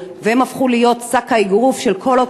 והם הפכו להיות שק האגרוף של כל אותם